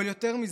אבל יותר מזה,